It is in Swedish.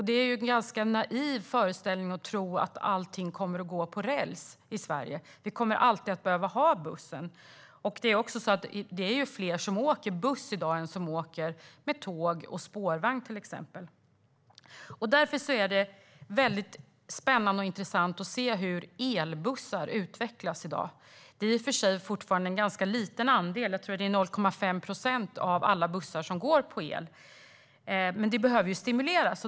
Det är ganska naivt att tro att allt kommer att gå på räls i Sverige. Vi kommer alltid att behöva ha bussen. Det är också fler som åker buss i dag än det är som åker till exempel tåg och spårvagn. Därför är det väldigt spännande och intressant att se hur elbussar utvecklas i dag. De utgör i och för sig fortfarande en ganska liten andel - jag tror att det är 0,5 procent av alla bussar som går på el - men det behöver stimuleras.